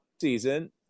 season